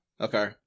Okay